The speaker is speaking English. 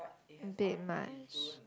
a bit much